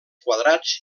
quadrats